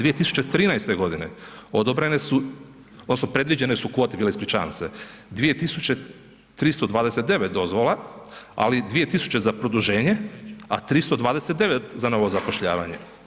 2013. godine odobrene su odnosno predviđene su kvote bile, ispričavam se, 2.329 dozvola, ali 2.000 za produženje, a 329 za novo zapošljavanje.